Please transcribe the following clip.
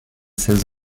seize